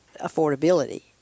affordability